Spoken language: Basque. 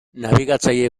nabigatzaile